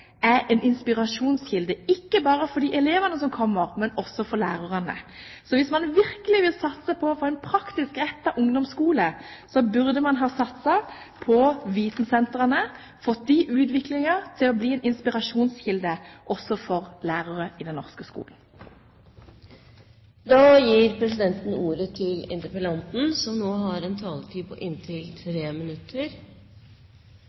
er en inspirasjonskilde – ikke bare for de elevene som kommer, men også for lærerne. Så hvis man virkelig vil satse på å få en praktisk rettet ungdomsskole, burde man ha satset på vitensentrene, fått dem utviklet til å bli en inspirasjonskilde – også for lærere i den norske skolen. Jeg vil takke dem som har